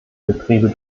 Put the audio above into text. betriebe